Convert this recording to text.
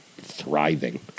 thriving